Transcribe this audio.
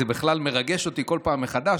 זה בכלל מרגש אותי כל פעם מחדש,